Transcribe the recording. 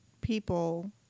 people